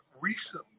recently